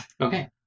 Okay